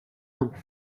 nom